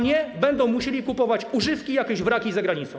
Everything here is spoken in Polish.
Nie będą musieli kupować używek i jakiś wraków za granicą.